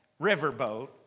riverboat